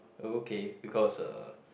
okay because uh